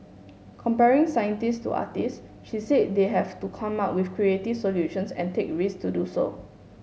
comparing scientist to artist she said they have to come up with creative solutions and take risk to do so